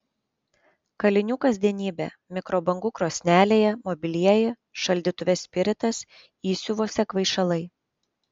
kalinių kasdienybė mikrobangų krosnelėje mobilieji šaldytuve spiritas įsiuvuose kvaišalai